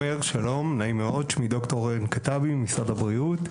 נעים מאוד, שמי ד"ר אורן כתבי ממשרד הבריאות.